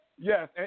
Yes